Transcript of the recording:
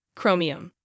chromium